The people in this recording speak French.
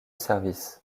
service